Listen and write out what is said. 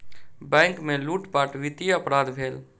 bank में लूटपाट वित्तीय अपराध भेल